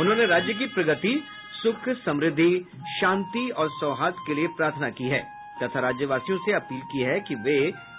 उन्होंने राज्य की प्रगति सुख समृद्धि शांति और सौहार्द्र के लिये प्रार्थना की है तथा राज्यवासियों से अपील की है कि वे